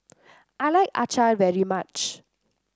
I like Acar very much